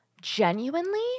Genuinely